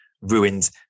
ruined